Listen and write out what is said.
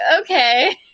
okay